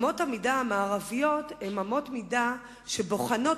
אמות המידה המערביות הן אמות מידה שבוחנות,